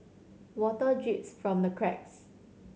water drips from the cracks